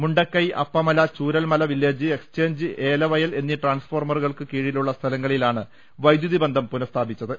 Mundakkai Appamala Chooralmala village exchange Elavayal എന്നീ ട്രാൻസ് ഫോർമറുകൾക്ക് കീഴിലുള്ള സ്ഥലങ്ങളിലാണ് വൈദ്യുതി ബന്ധം പുനസ്ഥാപിച്ചത്